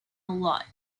lot